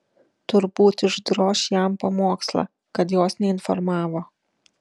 turbūt išdroš jam pamokslą kad jos neinformavo